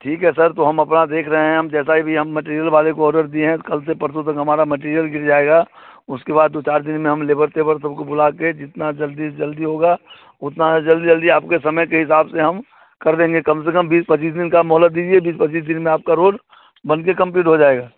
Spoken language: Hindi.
ठीक है सर तो हम अपना देख रहे हैं हम जैसा भी हम मटरियल वाले को ऑर्डर दिए हैं कल से परसों तक हमारा मटेरियल गिर जाएगा उसके बाद दो चार दिन में हम लेबर तेबर सबको बुला के जितनी जल्दी से जल्दी होगा उतनी जल्दी जल्दी आपके समय के हिसाब से हम कर देंगे कम से कम बीस पच्चीस दिन की मोहलत दीजिए बीस पच्चीस दिन में आपकी रोड बन कर कम्प्लीट हो जाएगी